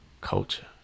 culture